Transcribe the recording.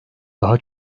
daha